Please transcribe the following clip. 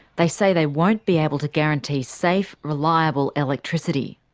they say they won't be able to guarantee safe, reliable electricity.